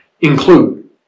include